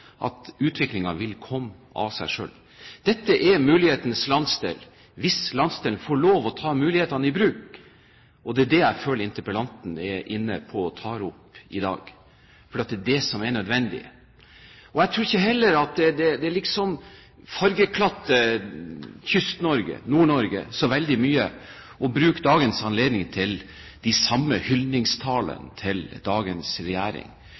at utviklingen vil komme av seg selv. Dette er mulighetenes landsdel hvis landsdelen får lov til å ta mulighetene i bruk. Det er det jeg føler interpellanten er inne på og tar opp i dag, for det er det som er nødvendig. Jeg tror heller ikke at det fargelegger Kyst-Norge, Nord-Norge, så veldig å bruke dagens anledning til hyllingstaler til dagens regjering.